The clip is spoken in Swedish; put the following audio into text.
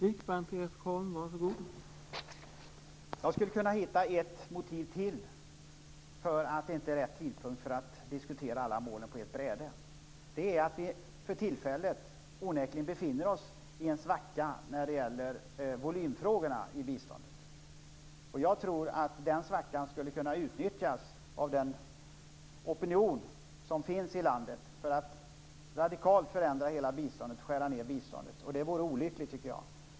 Herr talman! Jag skulle kunna hitta ytterligare ett motiv för att det inte är rätt tidpunkt att diskutera alla målen på ett bräde. Det är att vi för tillfället onekligen befinner oss i en svacka när det gäller volymfrågorna i biståndet. Jag tror att denna svacka skulle kunna utnyttjas av den opinion i landet som är för att radikalt skära ned biståndet, och det vore olyckligt.